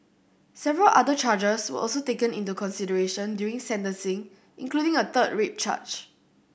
several other charges were also taken into consideration during sentencing including a third rape charge